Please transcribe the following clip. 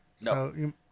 No